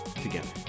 together